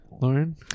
lauren